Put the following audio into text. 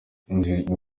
ingingo